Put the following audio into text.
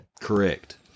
Correct